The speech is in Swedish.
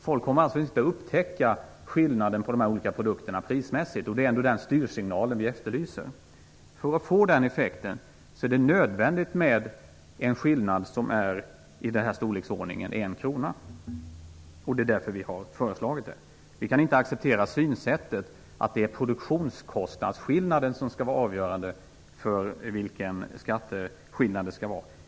Folk kommer alltså inte att upptäcka skillnaden prismässigt på dessa olika produkter. Det är ju den styrsignalen vi efterlyser. För att få den effekten är det nödvändigt med en skillnad som är i storleksordningen 1 krona. Det är därför vi har föreslagit det här. Vi kan inte acceptera synsättet att det är produktionskostnadsskillnaden som skall vara avgörande för vilken skatteskillnad det skall vara.